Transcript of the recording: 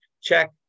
check